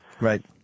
Right